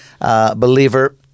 believer